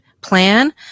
plan